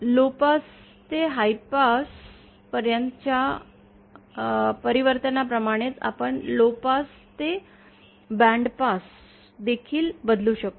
low pass ते high pass पर्यंत च्या या परिवर्तनाप्रमाणेच आपण लोपपास ते बँडपास देखील बदलू शकतो